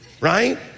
right